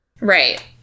right